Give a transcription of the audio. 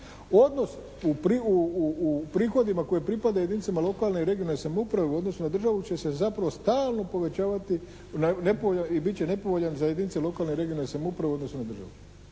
Odnosno u prihodima koji pripadaju jedinicama lokalne i regionalne samouprave u odnosu na državu će se zapravo stalno povećavati i bit će nepovoljan za jedinice lokalne i regionalne samouprave u odnosu na državu.